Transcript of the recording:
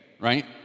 right